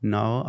Now